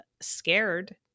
scared